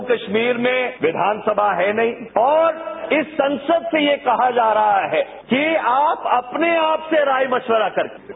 जम्मू कश्मीर में विधानसभा है नहीं और इस संसद से यह कहा जा रहा है कि आप अपने आप से राय मशविरा करें